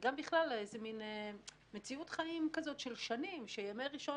וגם בכלל זו מין מציאות חיים כזו של שנים שימי ראשון